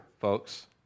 folks